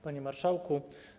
Panie Marszałku!